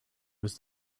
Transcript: was